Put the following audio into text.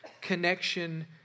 connection